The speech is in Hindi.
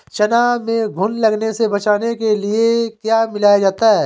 चना में घुन लगने से बचाने के लिए क्या मिलाया जाता है?